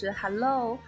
hello 。